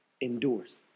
Endures